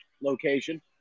location